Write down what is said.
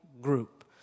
group